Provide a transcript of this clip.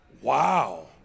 Wow